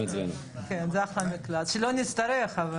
שלא נצטרך.